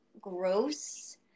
gross